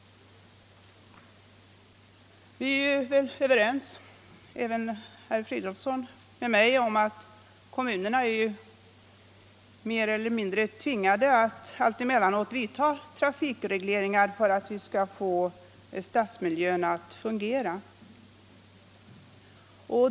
Herr Fridolfsson är väl överens med mig om att kommunerna mer eller mindre är tvingade att allt emellanåt göra trafikregleringar för att stadsmiljön skall fungera.